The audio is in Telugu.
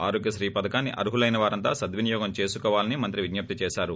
ఆరోగ్వశ్రీ పధకాన్ని అర్ఖులైనవారంతా సద్వినియోగం చేసుకోవాలని మంత్రి విజ్ఞప్తి చేశారు